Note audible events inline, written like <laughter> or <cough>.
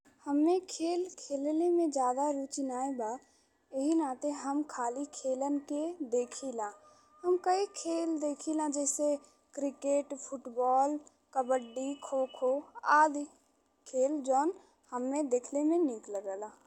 हम्मे खेल खेलले में जादा रुचि <noise> नाहीं बा। एही नाते हम खाली खेलन के देखिला। <noise> हम कइ खेल देखिला जइसे क्रिकेट, फुटबॉल, कबड्डी, <noise> खोखो आदी खेल जौन हम्मे देखल में नीक लागेला।